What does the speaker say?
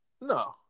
No